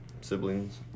siblings